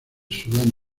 sudán